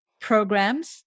programs